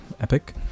epic